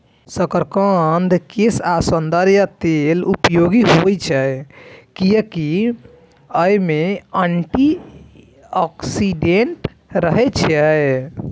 शकरकंद केश आ सौंदर्य लेल उपयोगी होइ छै, कियैकि अय मे एंटी ऑक्सीडेंट रहै छै